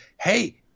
hey